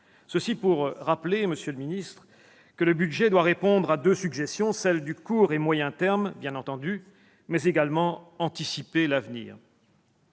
dit pour rappeler, monsieur le ministre, que le budget doit répondre à deux sujétions : celle du court et du moyen terme, bien entendu, mais aussi celle de l'avenir,